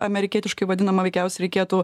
amerikietiškai vadinamą veikiausiai reikėtų